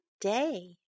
day